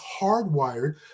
hardwired